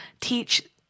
teach